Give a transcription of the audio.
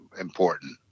important